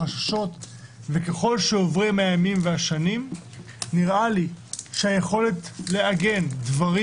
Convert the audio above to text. ככל שעוברים הימים והשנים היכולת לעגן דברים